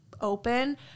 open